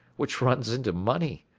which runs into money.